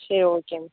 சரி okay ma'am